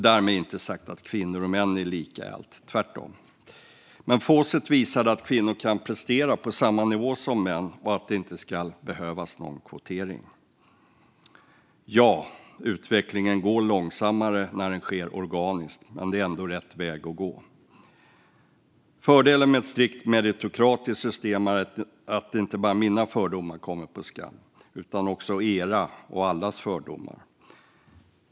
Därmed inte sagt att kvinnor och män är lika i allt, tvärtom. Men Fawcett visade att kvinnor kan prestera på samma nivå som män och att det inte ska behövas någon kvotering. Ja - utvecklingen går långsammare när den sker organiskt, men det är ändå rätt väg att gå. Fördelen med ett strikt meritokratiskt system är att det inte bara är mina fördomar som kommer på skam utan också era och allas fördomar.